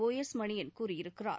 ஒ எஸ் மணியன் கூறியிருக்கிறார்